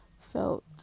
felt